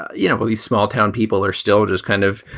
you know, these small town people are still just kind of,